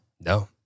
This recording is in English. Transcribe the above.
No